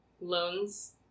loans